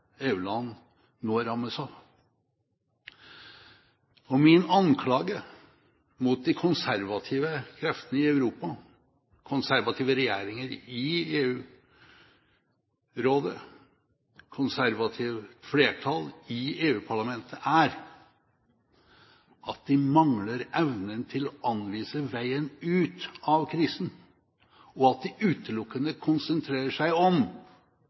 nå rammes av. Min anklage mot de konservative kreftene i Europa, konservative regjeringer i EU-rådet, konservative flertall i EU-parlamentet, er at de mangler evnen til å anvise veien ut av krisen, og at de utelukkende konsentrerer seg om